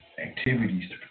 activities